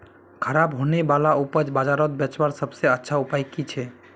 ख़राब होने वाला उपज बजारोत बेचावार सबसे अच्छा उपाय कि छे?